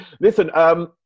Listen